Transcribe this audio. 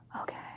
okay